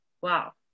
Wow